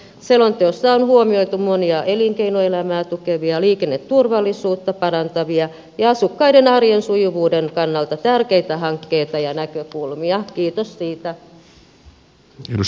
selonteossa on huomioitu monia elinkeinoelämää tukevia liikenneturvallisuutta parantavia ja asukkaiden arjen sujuvuuden kannalta tärkeitä hankkeita ja näkökulmia kiitos siitä